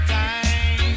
time